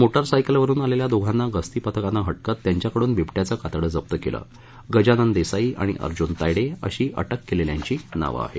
मोटारसायकलवरून आलेल्या दोघांना गस्तीपथकानं हटकत त्यांच्याकडून बिबट्याचं कातडं जप्त केलं गजानन देसाई आणि अर्जुन तायडे अशी अटक केलेल्यांची नावं आहेत